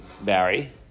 Barry